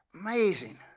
Amazing